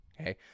okay